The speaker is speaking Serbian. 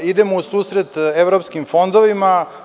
Idemo u susret evropskim fondovima.